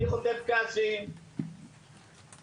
אני חוטף כעסים מהתושבים,